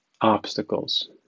obstacles